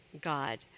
God